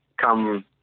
come